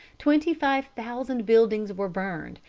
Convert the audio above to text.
twenty-five thousand buildings were burned,